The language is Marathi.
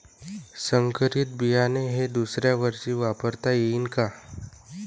संकरीत बियाणे हे दुसऱ्यावर्षी वापरता येईन का?